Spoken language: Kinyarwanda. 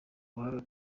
ubuhanga